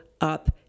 up